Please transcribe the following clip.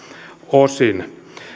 osin